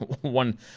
one